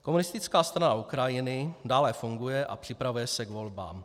Komunistická strana Ukrajiny dále funguje a připravuje se k volbám.